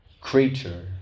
creature